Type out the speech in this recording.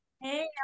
Hey